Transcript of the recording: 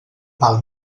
pel